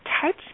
touch